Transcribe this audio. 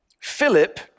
Philip